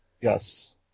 Yes